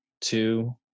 two